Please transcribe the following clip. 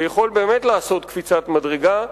שיכול באמת לעשות קפיצת מדרגה.